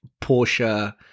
Porsche